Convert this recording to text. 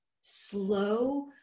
slow